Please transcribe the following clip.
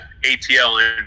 ATL